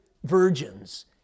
virgins